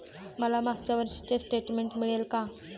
मला मागच्या वर्षीचे स्टेटमेंट मिळेल का?